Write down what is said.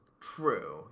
True